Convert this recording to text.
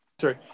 Sorry